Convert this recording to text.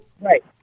right